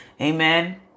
Amen